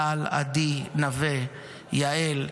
טל, עדי, נווה, יעל,